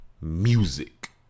music